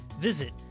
Visit